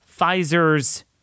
Pfizer's